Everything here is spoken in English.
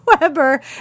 Weber